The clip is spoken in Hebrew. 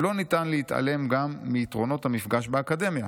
לא ניתן להתעלם גם מיתרונות המפגש באקדמיה,